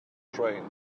train